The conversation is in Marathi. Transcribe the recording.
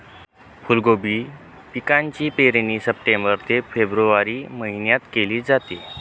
फुलकोबी पिकाची पेरणी सप्टेंबर ते फेब्रुवारी महिन्यात केली जाते